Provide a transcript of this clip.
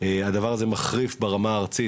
הדבר הזה מחריף ברמה הארצית.